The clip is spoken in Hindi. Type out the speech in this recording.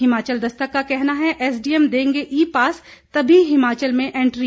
हिमाचल दस्तक का कहना है एसडीएम देंगे ई पास तभी हिमाचल में एंट्री